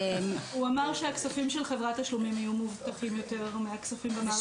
הוא אמר שהכספים של חברת תשלומים יהיו מאובטחים יותר מהכספים במערכת.